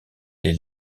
les